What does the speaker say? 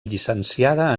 llicenciada